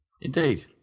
Indeed